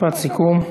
משפט סיכום.